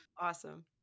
awesome